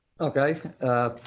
Okay